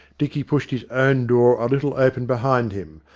dicky pushed his own door a little open behind him,